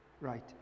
Right